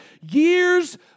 years